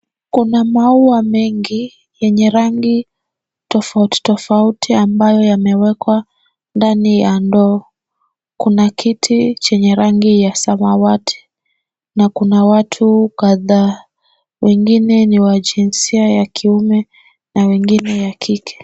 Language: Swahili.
Kuna maua mengi yenye rangi tofautitofauti ambayo yamewekwa ndani ya ndoo. Kuna kiti chenye rangi ya samawati na kuna watu kadhaa wengine ni wa jinsia ya kiume na wengine ya kike.